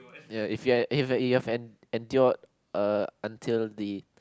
ya if you have if you have en~ endured uh until the